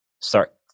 start